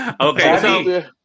okay